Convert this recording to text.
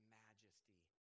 majesty